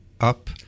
Up